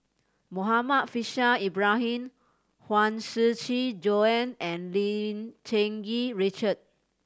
Muhammad Faishal Ibrahim Huang Shiqi Joan and Lim Cherng Yih Richard